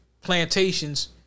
plantations